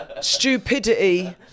stupidity